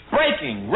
Breaking